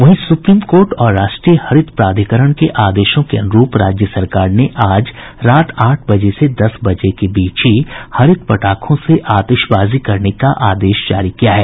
वहीं supreme court और राष्ट्रीय हरित प्राधिकरण के आदेशों के अनुरूप राज्य सरकार ने आज रात आठ बजे से दस बजे के बीच ही हरित पटाखों से आतिशबाजी करने का आदेश जारी किया है